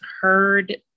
heard